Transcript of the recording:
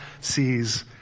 sees